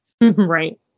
Right